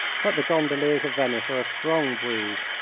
but the gondoliers of venice are a strong breed,